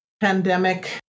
pandemic